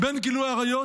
בין גילוי עריות